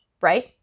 right